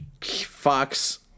Fox